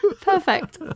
Perfect